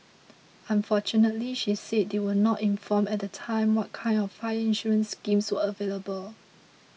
unfortunately she said they were not informed at the time what kinds of fire insurance schemes were available